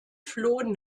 flohen